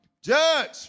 Judge